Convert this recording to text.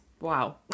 Wow